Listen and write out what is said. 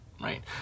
right